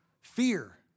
Fear